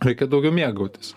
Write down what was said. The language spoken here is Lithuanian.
reikia daugiau mėgautis